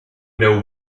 know